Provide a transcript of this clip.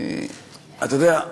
אתה יודע,